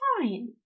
Fine